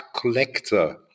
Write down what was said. collector